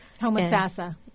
Homosassa